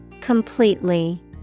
Completely